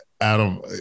Adam